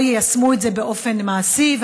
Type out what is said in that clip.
שלא יישמו את זה באופן מעשי.